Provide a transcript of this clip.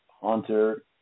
Hunter